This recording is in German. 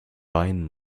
weinen